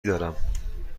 دارم